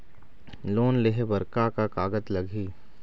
Loan लेहे बर का का कागज लगही?